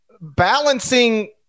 balancing